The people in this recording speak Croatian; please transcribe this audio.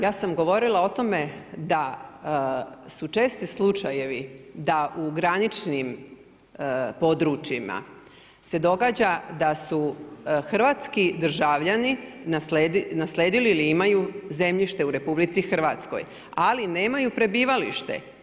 Ja sam govorila o tome da su česti slučajevi da u graničnim područjima se događa da su hrvatski državljani nasledili ili imaju zemljište u RH, ali nemaju prebivalište.